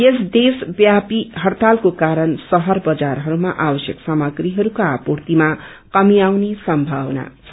यस देशव्यापी हड़तालको कारण शहर बजारहरूमा आवश्यक सामग्रीहरूको आपूर्तिमा कमी आउने सम्मावना छ